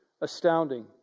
astounding